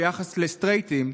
ביחס לסטרייטים,